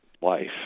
life